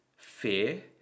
fear